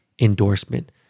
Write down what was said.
endorsement